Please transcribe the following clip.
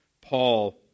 Paul